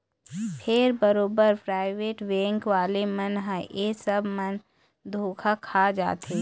फेर बरोबर private bank वाले मन ह ऐ सब म धोखा खा जाथे